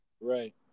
Right